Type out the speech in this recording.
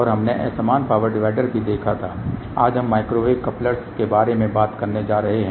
और हमने असमान पावर डिवाइडर भी देखा था आज हम माइक्रोवेव कप्लर्स के बारे में बात करने जा रहे हैं